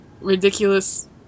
ridiculous